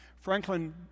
Franklin